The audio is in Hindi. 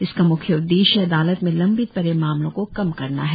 इसका मुख्य उद्देश्य अदालत में लंबित पड़े मामलों को कम करना है